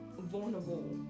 vulnerable